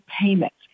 payments